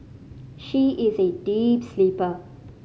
she is a deep sleeper